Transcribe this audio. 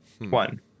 One